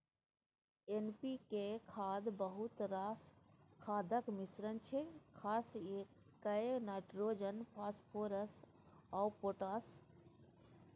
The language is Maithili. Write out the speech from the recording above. एन.पी.के खाद बहुत रास खादक मिश्रण छै खास कए नाइट्रोजन, फास्फोरस आ पोटाश